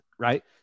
Right